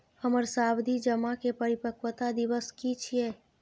हमर सावधि जमा के परिपक्वता दिवस की छियै?